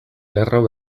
lerro